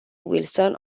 wilson